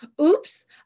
oops